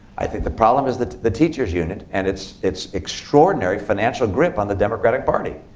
i think the problem is the the teacher's union, and its its extraordinary financial grip on the democratic party.